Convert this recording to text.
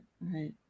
right